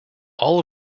all